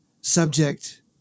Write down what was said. subject